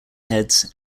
heads